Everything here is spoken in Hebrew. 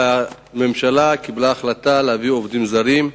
והממשלה קיבלה החלטה להביא עובדים זרים.